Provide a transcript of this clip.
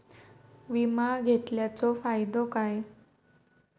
विमा घेतल्याचो फाईदो काय?